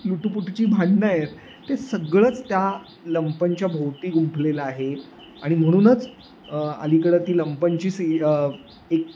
लुटूपुटूची भांडणं आहेत ते सगळंच त्या लंपनच्या भोवती गुंफलेलं आहे आणि म्हणूनच अलीकडं ती लंपनची सी एक